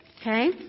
okay